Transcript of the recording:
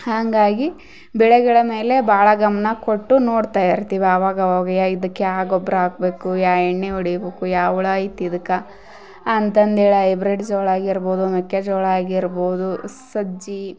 ಹಾಗಾಗಿ ಬೆಳೆಗಳ ಮೇಲೆ ಭಾಳ ಗಮನ ಕೊಟ್ಟು ನೋಡ್ತಾ ಇರ್ತೀವಿ ಆವಾಗವಾಗ ಇದುಕ್ಕೆ ಯಾವ ಗೊಬ್ಬರ ಹಾಕ್ಬೇಕು ಯಾವ ಎಣ್ಣೆ ಹೊಡಿಬೇಕು ಯಾವ ಹುಳ ಐತಿ ಇದುಕ್ಕ ಅಂತಂದಿ ಐಬ್ರಿಡ್ ಜೋಳ ಆಗಿರ್ಬೋದು ಮೆಕ್ಕೆಜೋಳ ಆಗಿರ್ಬೋದು ಸಜ್ಜಿ